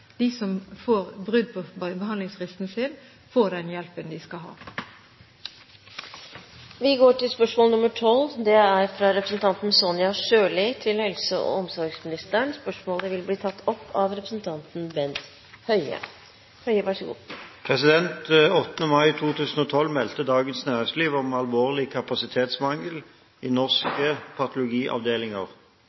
som opplever brudd på behandlingsfristen, får den hjelpen de skal ha. Dette spørsmålet, fra representanten Sonja Irene Sjøli til helse- og omsorgsministeren, vil bli tatt opp av representanten Bent Høie. «8. mai 2012 meldte Dagens Næringsliv om alvorlig kapasitetsmangel i norske patologiavdelinger,